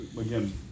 again